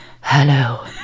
hello